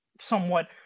somewhat